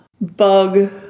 bug